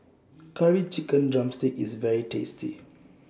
Curry Chicken Drumstick IS very tasty